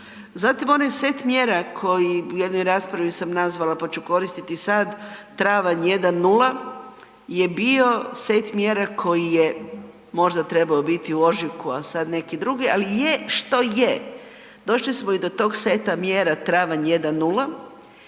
Zatim onaj set mjera koji u jednoj raspravi sam nazvala pa ću koristiti i sad, travanj 1, 0 je bio set mjera koji je možda trebao biti u ožujku ali je sada neki drugi, ali je što je. Došli smo i do tog seta mjera travanja 1,